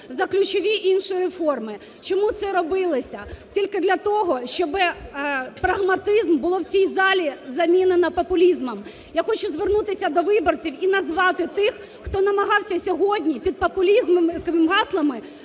за ключові інші реформи. Чому це робилося? Тільки для того, щоби прагматизм було в цій залі замінено популізмом. Я хочу звернутися до виборців і назвати тих, хто намагався сьогодні під популістськими гаслами